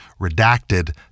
redacted